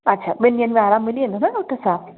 अच्छा ॿिनि ॾींहनि में आराम मिली वेंदो न डॉक्टर साहब